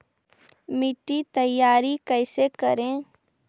मिट्टी तैयारी कैसे करें?